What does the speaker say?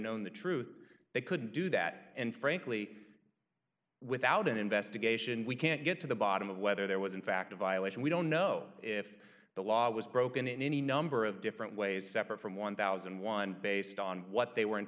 known the truth they couldn't do that and frankly without an investigation we can't get to the bottom of whether there was in fact a violation we don't know if the law was broken in any number of different ways separate from one thousand and one based on what they were